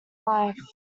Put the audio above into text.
life